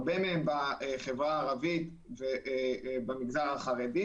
הרבה מהם בחברה הערבית ובמגזר החרדי,